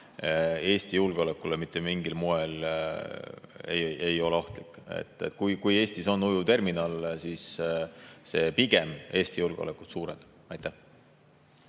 Eesti julgeolekule mitte mingil moel ei ole ohtlik. Kui Eestis on ujuvterminal, siis see pigem Eesti julgeolekut suurendab.